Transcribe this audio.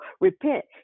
repent